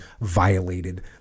violated